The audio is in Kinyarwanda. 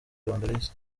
lewandowski